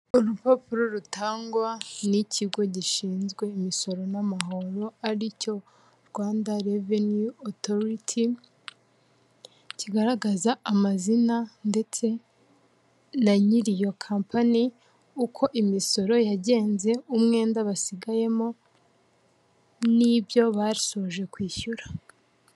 Urupapuro rutangwa n'ikigo gishinzwe imisoro n'amahoro, ari cyo Rwanda Revenue Authority, kigaragaza amazina ndetse na nyiri iyo campany, uko imisoro yagenze, umwenda basigayemo n'ibyo basoje kwishyura.